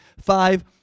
Five